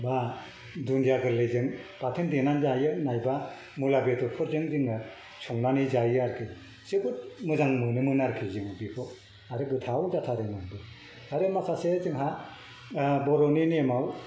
बा दुनदिया गोरलैजों बाथोन देनानै जायो नङाबा मुला बेदरफोरजों जोङो संनानै जायो आरोखि जोबोद मोजां मोनोमोन आरोखि जोङो बेखौ आरो गोथाव जाथारोमोनबो आरो माखासे जोंहा बर'नि नेमाव